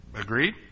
Agreed